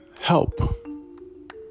help